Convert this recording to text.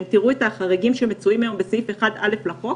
אם תראו את החריגים שמצויים היום בסעיף 1א לחוק,